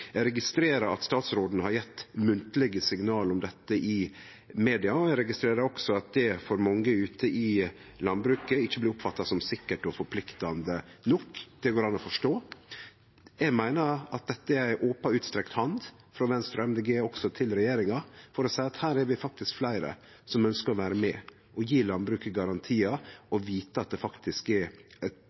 Eg registrerer at statsråden har gjeve munnlege signal om dette i media. Eg registrerer også at det av mange i landbruket ikkje blir oppfatta som sikkert og forpliktande nok. Det går an å forstå. Eg meiner at dette er ei open, utstrekt hand frå Venstre og Miljøpartiet Dei Grøne også til regjeringa, for å seie at her er vi faktisk fleire som ønskjer å vere med og gje landbruket garantiar – at det faktisk er eit